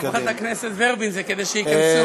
חברת הכנסת ורבין, זה כדי שייכנסו.